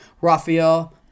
Rafael